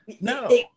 No